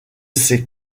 ces